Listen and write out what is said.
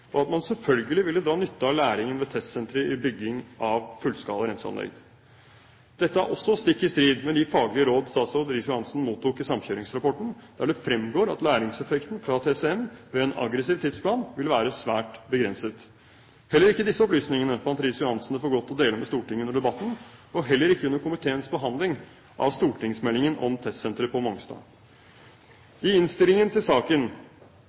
og at man selvfølgelig ville dra nytte av læringen ved testsenteret i byggingen av fullskala renseanlegg. Dette er også stikk i strid med de faglige råd statsråd Riis-Johansen mottok i samkjøringsrapporten, der det fremgår at læringseffekten fra TCM ved en aggressiv tidsplan ville være svært begrenset. Heller ikke disse opplysningene fant Riis-Johansen det for godt å dele med Stortinget under debatten og heller ikke under komiteens behandling av stortingsproposisjonen om testsenteret på Mongstad. I innstillingen til saken